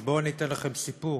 אז בואו ניתן לכם סיפור,